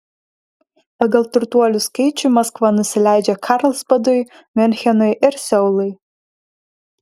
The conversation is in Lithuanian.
pagal turtuolių skaičių maskva nusileidžia karlsbadui miunchenui ir seului